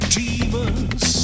demons